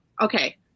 okay